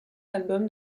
album